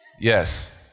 Yes